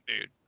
dude